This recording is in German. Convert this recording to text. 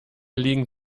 liegen